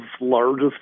largest